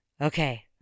Okay